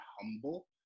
humble